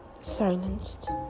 silenced